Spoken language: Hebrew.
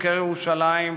חוקר ירושלים,